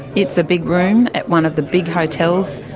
it's a big room at one of the big hotels,